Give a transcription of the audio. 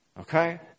okay